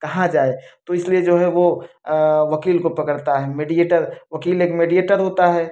कहाँ जाए तो इसलिए जो है वो वकील को पकड़ता है मेडिएटर वकील एक मेडिएटर होता है